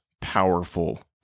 powerful